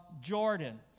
Jordan